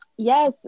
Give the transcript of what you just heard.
Yes